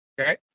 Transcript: Okay